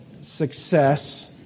success